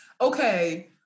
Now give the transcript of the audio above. okay